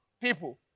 people